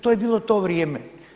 To je bilo to vrijeme.